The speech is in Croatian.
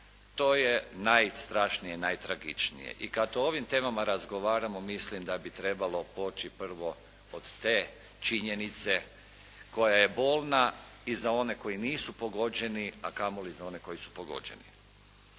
To je najstrašnije i najtragičnije. I kad o ovim temama razgovaramo mislim da bi trebalo poći prvo od te činjenice koja je bolna i za one koji nisu pogođeni, a kamoli za one koji su pogođeni.